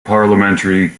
parliamentary